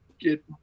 Get